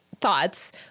thoughts